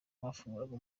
bafunguraga